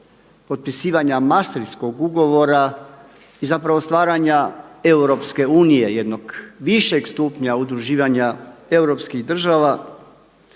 potpisivanja Mastrihtskog ugovora i zapravo stvaranja Europske unije jednog višeg stupnja udruživanja europskih država